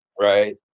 right